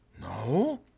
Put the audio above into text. no